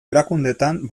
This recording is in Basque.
erakundeetan